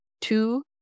two